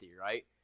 right